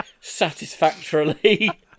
satisfactorily